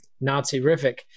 Nazi-rific